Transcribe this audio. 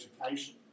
education